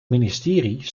ministerie